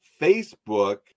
Facebook